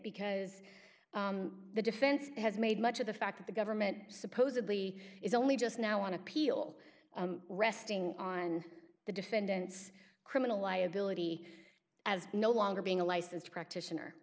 because the defense has made much of the fact that the government supposedly is only just now want to appeal resting on the defendant's criminal liability as no longer being a licensed practitioner